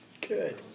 good